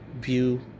view